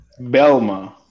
Belma